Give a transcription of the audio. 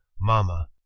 Mama